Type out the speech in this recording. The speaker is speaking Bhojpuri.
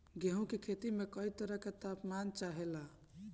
गेहू की खेती में कयी तरह के ताप मान चाहे ला